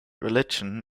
religion